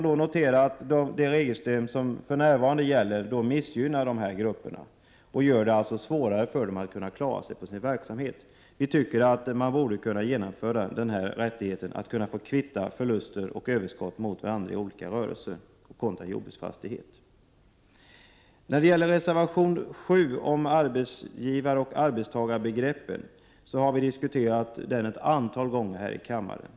Det regelsystem som för närvarande gäller missgynnar dessa grupper och gör det svårare för de här människorna att klara sig på sin verksamhet. Vi tycker att man borde kunna genomföra en ändring så att de får rätt att kvitta förluster och överskott mot varandra i olika rörelser och kontra jordbruksfastighet. Reservation 7 om arbetsoch uppdragstagarbegreppen gäller ju en fråga som vi har diskuterat ett antal gånger här i kammaren.